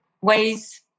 ways